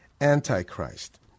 Antichrist